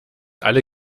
alle